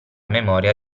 memoria